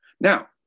Now